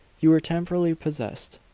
you were temporarily possessed.